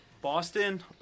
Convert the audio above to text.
Boston